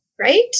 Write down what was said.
Right